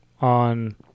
on